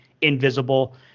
invisible